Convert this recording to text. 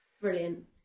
Brilliant